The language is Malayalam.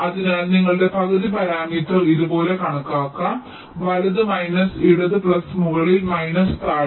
അതിനാൽ നിങ്ങളുടെ പകുതി പാരാമീറ്റർ ഇതുപോലെ കണക്കാക്കാം വലത് മൈനസ് ഇടത് പ്ലസ് മുകളിൽ മൈനസ് താഴെ